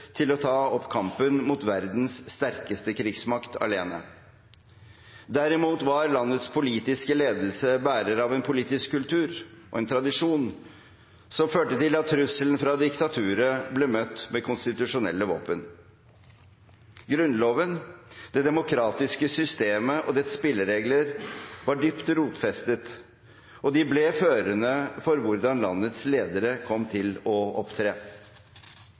til å ta opp kampen mot verdens sterkeste krigsmakt alene. Derimot var landets politiske ledelse bærer av en politisk kultur og en tradisjon som førte til at trusselen fra diktaturet ble møtt med konstitusjonelle våpen. Grunnloven, det demokratiske systemet og dets spilleregler var dypt rotfestet, og de ble førende for hvordan landets ledere kom til å opptre.